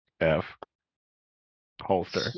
F-holster